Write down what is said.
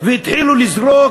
והתחילו לזרוק